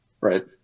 Right